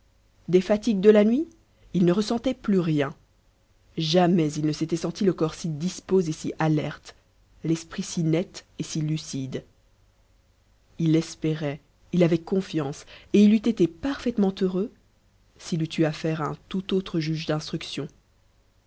des fatigues de la nuit il ne ressentait plus rien jamais il ne s'était senti le corps si dispos et si alerte l'esprit si net et si lucide il espérait il avait confiance et il eût été parfaitement heureux s'il eût eu affaire à un tout autre juge d'instruction